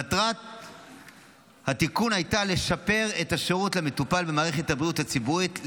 מטרת התיקון הייתה לשפר את השירות למטופל במערכת הבריאות הציבורית,